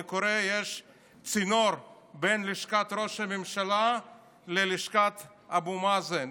אני קורא שיש צינור בין לשכת ראש הממשלה ללשכת אבו מאזן,